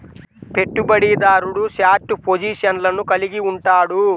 పెట్టుబడిదారుడు షార్ట్ పొజిషన్లను కలిగి ఉంటాడు